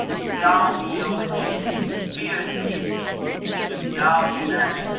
if thou be of the jinn fare in peace and, if thou be man,